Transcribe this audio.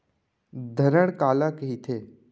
धरण काला कहिथे?